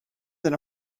than